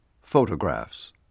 Photographs